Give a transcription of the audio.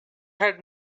had